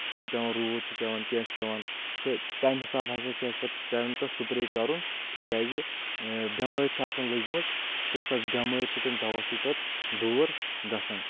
چھُ پیٚوان روٗد چھُ پیٚوان کینٛہہ چھُ پیٚوان تہٕ تَمہِ حِسابہٕ ہسا چھُ اَسہِ پتہٕ پیٚوان تتھ سُپرے کرُن تِکیازِ بؠمٲر چھِ آسان لٔجمٕژ تہٕ سۄ بؠمٲر چھِ تمہِ دوہ سۭتۍ پتہٕ دوٗر گژھان